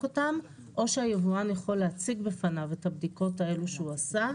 אותן או שהיבואן יכול להציג בפניו את הבדיקות האלה שהוא עשה.